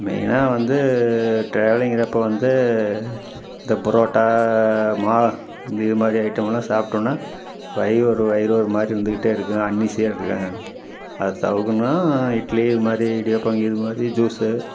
மெயினாக வந்து டிராவலிங் இதை அப்போ வந்து இந்த புரோட்டா மா இந்த இது மாதிரி ஐட்டம்மெல்லாம் சாப்பிட்டோன்னா வயிறு ஒரு வயிறு ஒரு மாதிரி இருந்துக்கிட்டே இருக்கும் அன்னீசியாக இருக்கும் அதை தவுர்க்கணுனா இட்லி இது மாதிரி இடியாப்பம் இது மாதிரி ஜூஸு